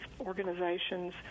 organizations